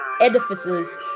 edifices